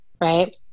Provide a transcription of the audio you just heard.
right